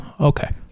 Okay